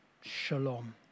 Shalom